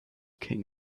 king